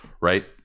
Right